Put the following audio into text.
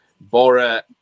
Bora